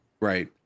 right